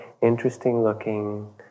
interesting-looking